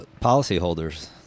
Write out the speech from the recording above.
policyholders